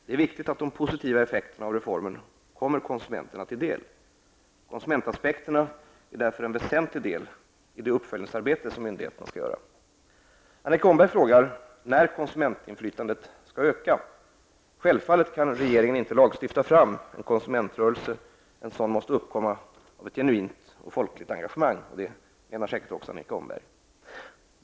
Det är viktigt att de positiva effekterna av reformen kommer konsumenterna till del. Konsumentaspekterna är därför en väsentlig del i det uppföljningsarbete som myndigheterna skall göra. Annika Åhnberg frågar när konsumentinflytandet skall öka. Självfallet kan regeringen inte lagstifta fram en konsumentrörelse, en sådan måste uppkomma genom ett genuint och folkligt engagemang. Det menar säkert också Annika Åhnberg.